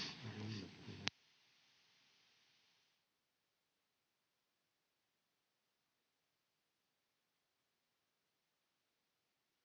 Kiitos.